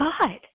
God